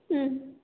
ம்